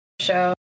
show